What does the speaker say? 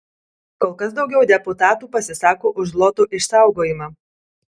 kol kas daugiau deputatų pasisako už zloto išsaugojimą